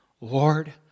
Lord